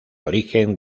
origen